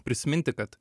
prisiminti kad